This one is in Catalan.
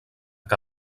que